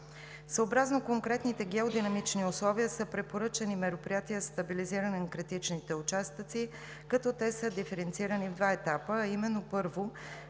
Съобразно конкретните геодинамични условия са препоръчани мероприятия за стабилизиране на критичните участъци, като те са диференцирани в два етапа, а именно: Първо,